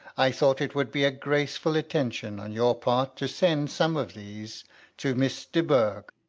i thought it would be a graceful attention on your part to send some of these to miss de bourg.